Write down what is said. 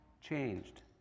changed